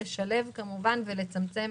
לשלב כמובן ולצמצם